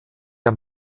der